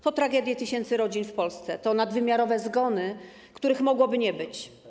To tragedie tysięcy rodzin w Polsce, to nadwymiarowe zgony, których mogłoby nie być.